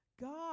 God